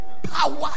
Power